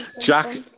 Jack